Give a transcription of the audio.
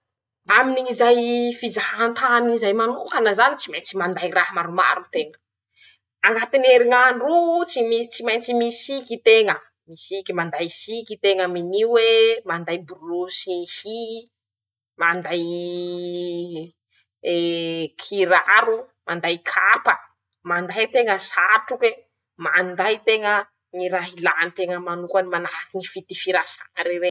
Aminy ñ'izay fizahan-tany zay manokana zany: -Tsy mentsy manday raha maromaro teña, añatiny heriñ'androo tsy mi tsy maintsy misiky teña, misiky manday siky teña amin'io e, manday borosy hyy, mandayy eee kiraro, manday kapa, manday teña satroke, manday teña ñy raha ilanteña manokane manahake ñy fitifirasary regny.